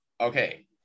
okay